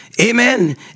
amen